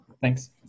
thanks